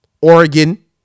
Oregon